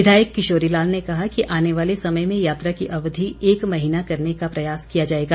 विधायक किशोरी लाल ने कहा कि आने वाले समय में यात्रा की अवधि एक महीना करने का प्रयास किया जाएगा